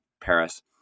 Paris